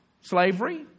slavery